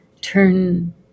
turn